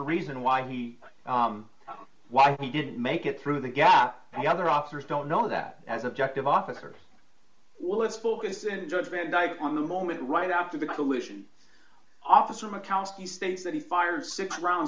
reason why he why he didn't make it through the gap and the other officers don't know that as objective officer well let's focus and judge vandyke on the moment right after the collision officer mccown's he states that he fired six rounds